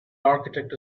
architect